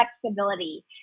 flexibility